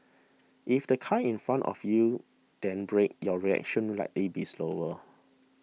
if the car in front of you then brakes your reaction like A B slower